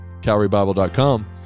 calvarybible.com